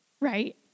Right